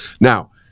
Now